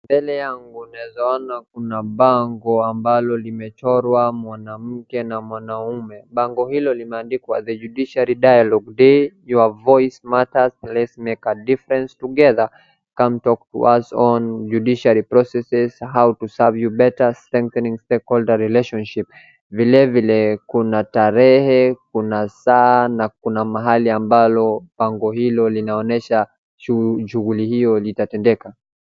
Mbele yangu naeza ona kuna bango ambalo limechorwa mwanaume na mwanamke bango hilo limeandikwa the judiciary dialogue raise your voice matters let's us make the change together count onto us on judiciary processes how to serve you better strengthening relationships . Vile vile kuna tarehe na kuna saa na kuna mahali ambalo linaonyesha shughuli hilo litatendeka.